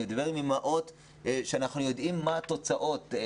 אני מדבר עם אימהות ואנחנו יודעים מה התוצאות.